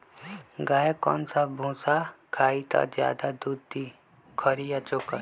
गाय कौन सा भूसा खाई त ज्यादा दूध दी खरी या चोकर?